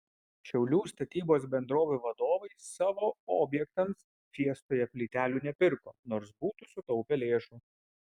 šiaulių statybos bendrovių vadovai savo objektams fiestoje plytelių nepirko nors būtų sutaupę lėšų